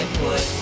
put